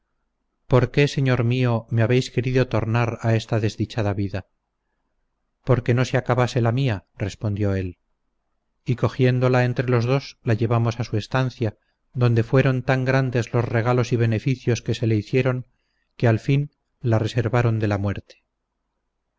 por qué señor mío me habéis querido tornar a esta desdichada vida porque no se acabase la mía respondió él y cogiéndola entre los dos la llevamos a su estancia donde fueron tan grandes los regalos y beneficios que se le hicieron que al fin la reservaron de la muerte